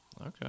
Okay